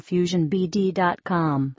fusionbd.com